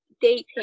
dating